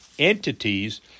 Entities